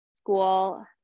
school